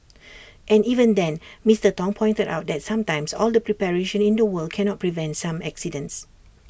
and even then Mister Tong pointed out that sometimes all the preparation in the world cannot prevent some accidents